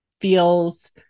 feels